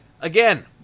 Again